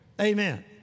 Amen